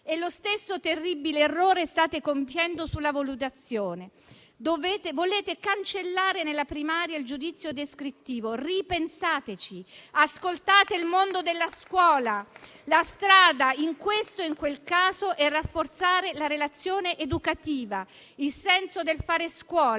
Lo stesso terribile errore state compiendo sulla valutazione. Volete cancellare il giudizio descrittivo nella scuola primaria. Ripensateci, ascoltate il mondo della scuola. La strada, in questo ed in quel caso, è rafforzare la relazione educativa, il senso del fare scuola,